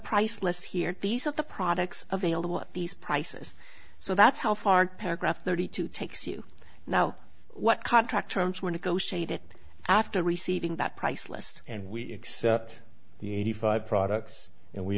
price list here these are the products available at these prices so that's how far paragraph thirty two takes you now what contract terms were negotiated after receiving that price list and we accept the eighty five products and we